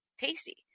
tasty